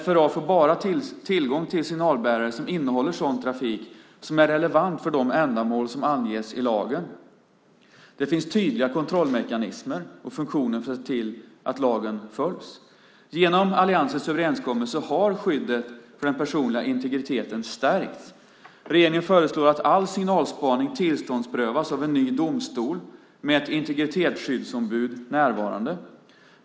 FRA får bara tillgång till signalbärare som innehåller sådan trafik som är relevant för de ändamål som anges i lagen. Det finns tydliga kontrollmekanismer och funktioner för att se till att lagen följs. Genom alliansens överenskommelse har skyddet för den personliga integriteten stärkts. Regeringen föreslår att all signalspaning tillståndsprövas av en ny domstol med ett integritetsskyddsombud närvarande.